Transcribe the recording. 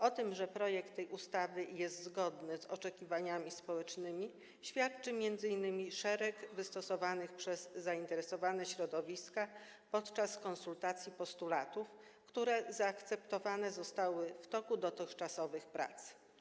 O tym, że projekt tej ustawy jest zgodny z oczekiwaniami społecznymi, świadczy m.in. szereg wystosowanych przez zainteresowane środowiska podczas konsultacji postulatów, które zaakceptowane zostały w toku dotychczasowych prac.